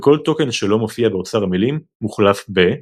וכל טוקן שלא מופיע באוצר המילים מוחלף ב -.